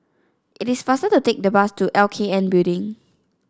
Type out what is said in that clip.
it is faster to take the bus to LKN Building